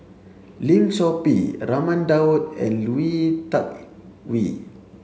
Lim Chor Pee Raman Daud and Lui Tuck Yew